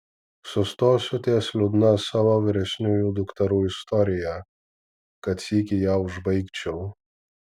sustosiu ties liūdna savo vyresniųjų dukterų istorija kad sykį ją užbaigčiau